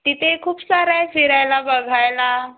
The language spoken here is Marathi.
तिथे खूप सारं आहे फिरायला बघायला